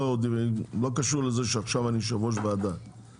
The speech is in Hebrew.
לא קשור לזה שעכשיו אני יושב ראש ועדה.